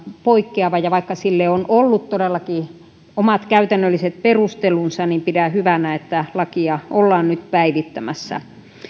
poikkeava ja vaikka sille on todellakin ollut omat käytännölliset perustelunsa niin pidän hyvänä että lakia ollaan nyt päivittämässä